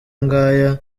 ngaya